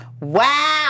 Wow